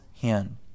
hand